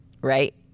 right